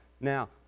Now